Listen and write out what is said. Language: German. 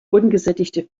ungesättigte